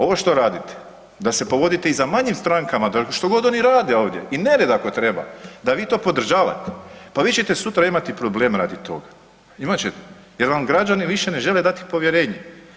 Ovo što radite da se povodite i za manjim strankama što god oni rade ovdje i nered ako treba, da vi to podržavate, pa vi ćete sutra imati problem radi toga, imat ćete jer vam građani više ne žele dati povjerenje.